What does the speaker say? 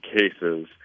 cases